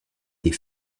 des